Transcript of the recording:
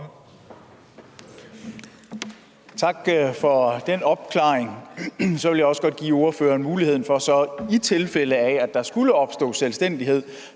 Tak for den opklaring. Så vil jeg også godt give ordføreren mulighed for, i tilfælde af at der skulle opstå selvstændighed